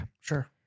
sure